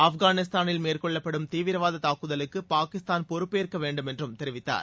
ஆப்கானிஸ்தானில் மேற்கொள்ளப்படும் தீவிரவாத தாக்குதலுக்கு பாகிஸ்தான் பொறுப்பேற்க வேண்டும் என்று தெரிவித்தார்